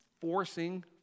forcing